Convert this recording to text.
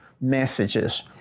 messages